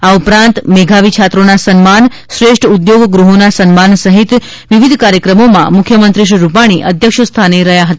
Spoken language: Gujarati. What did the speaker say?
આ ઉપરાંત મેધાવી છાત્રોના સન્માન શ્રેષ્ઠ ઉદ્યોગ ગૃહોના સન્માન સહિત વિવિધ કાર્યક્રમોમાં મુખ્યમંત્રી શ્રી રૂપાણી અધ્યક્ષસ્થાને રહ્યા હતા